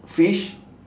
fish